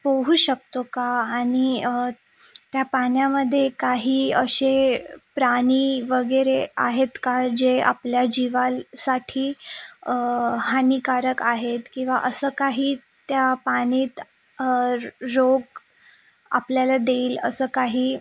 पोहू शकतो का आणि त्या पाण्यामध्ये काही असे प्राणी वगेरे आहेत का जे आपल्या जीवासाठी हानिकारक आहेत किवा असं काही त्या पाण्यात रोग आपल्याला देईल असं काही